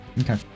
okay